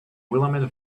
willamette